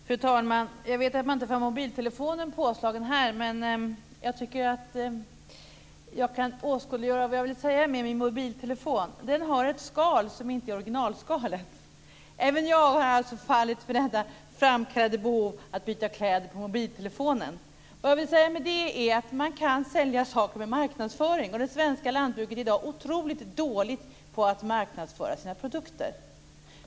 Fru talman! Jag vet att man inte får ha mobiltelefonen påslagen här, men jag kan åskådliggöra vad jag vill säga med min mobiltelefon. Den har ett skal som inte är originalskalet. Även jag har alltså fallit för detta framkallade behov av att byta "kläder" på mobiltelefonen. Vad jag vill säga med det är att man kan sälja saker med marknadsföring. Det svenska lantbruket är i dag otroligt dåligt på att marknadsföra sina produkter.